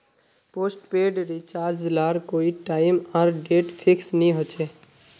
postpaid recharge लार कोए time आर डेट फिक्स नि होछे